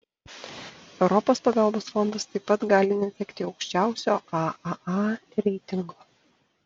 europos pagalbos fondas taip pat gali netekti aukščiausio aaa reitingo